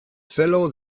fellow